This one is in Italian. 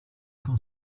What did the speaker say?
con